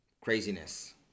Craziness